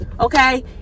okay